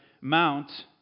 mount